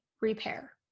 repair